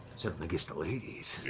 certainly gets the ladies.